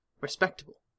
respectable